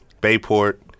Bayport